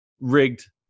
rigged